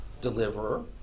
deliverer